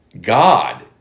God